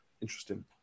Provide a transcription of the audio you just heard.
Interesting